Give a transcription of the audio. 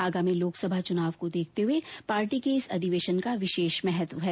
आगामी लोकसभा चुनाव को देखते हए पार्टी के इस अधिवेशन का विशेष महत्व है